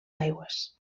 aigües